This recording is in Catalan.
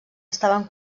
estaven